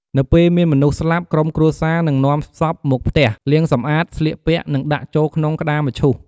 នៅពេលមានមនុស្សស្លាប់ ក្រុមគ្រួសារនឹងនាំសពមកផ្ទះ លាងសម្អាត ស្លៀកពាក់ និងដាក់ចូលក្នុងក្តារមឈូស។